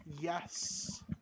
Yes